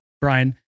Brian